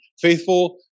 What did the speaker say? faithful